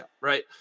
right